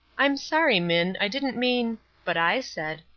i'm sorry, minn, i didn't mean but i said,